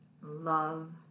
love